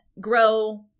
grow